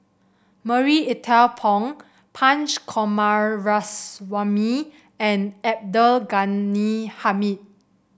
Marie Ethel Bong Punch Coomaraswamy and Abdul Ghani Hamid